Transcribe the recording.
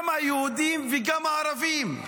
גם היהודים וגם הערבים,